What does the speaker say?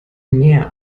mehr